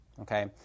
okay